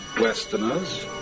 Westerners